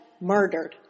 murdered